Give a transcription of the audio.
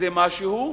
זה משהו,